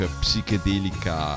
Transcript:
psichedelica